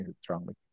strongly